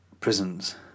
prisons